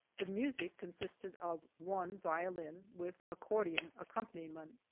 the music consisted of one violin with accordion accompaniment.